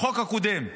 החוק הקודם,